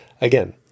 Again